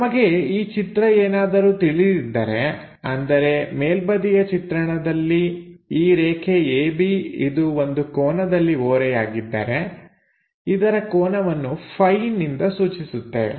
ನಮಗೆ ಈ ಚಿತ್ರ ಏನಾದರೂ ತಿಳಿದಿದ್ದರೆ ಅಂದರೆ ಮೇಲ್ಬದಿಯ ಚಿತ್ರಣದಲ್ಲಿ ಈ ರೇಖೆ ab ಇದು ಒಂದು ಕೋನದಲ್ಲಿ ಓರೆಯಾಗಿದ್ದರೆ ಇದರ ಕೋನವನ್ನು Φ ನಿಂದ ಸೂಚಿಸುತ್ತೇವೆ